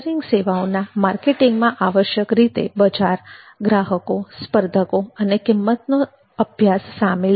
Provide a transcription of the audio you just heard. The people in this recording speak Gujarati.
ફેક્ટરીંગ સેવાઓના માર્કેટીંગમાં આવશ્યક રીતે બજાર ગ્રાહકો સ્પર્ધકો અને કિંમતનો અભ્યાસ સામેલ છે